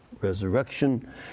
resurrection